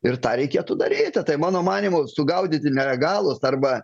ir tą reikėtų daryti tai mano manymu sugaudyti nelegalus arba